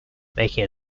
making